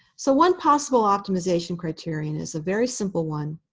so one possible optimization criterion is a very simple one